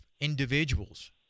individuals